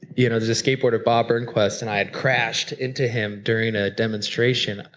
you know, there's a skateboarder bob burnquist, and i had crashed into him during a demonstration.